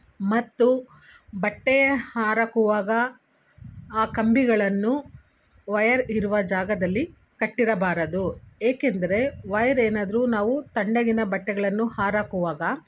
ಮತ್ತು ಬಟ್ಟೆಯ ಹಾರಾಕುವಾಗ ಆ ಕಂಬಿಗಳನ್ನು ವೈರ್ ಇರುವ ಜಾಗದಲ್ಲಿ ಕಟ್ಟಿರಬಾರದು ಏಕೆಂದರೆ ವೈರ್ ಏನಾದರೂ ನಾವು ತಣ್ಣಗಿನ ಬಟ್ಟೆಗಳನ್ನು ಹಾರಾಕುವಾಗ